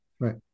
Right